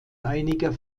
einiger